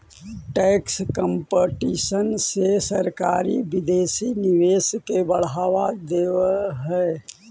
tax competition से सरकारी विदेशी निवेश के बढ़ावा देवऽ हई